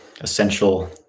essential